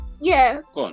Yes